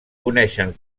uneixen